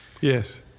Yes